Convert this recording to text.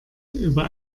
über